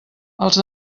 els